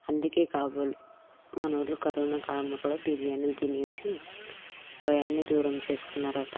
అందుకే కాబోలు మనోళ్లు కరోనా కాలంలో కూడా బిర్యానీని తినేసి భయాన్ని దూరం చేసుకున్నారట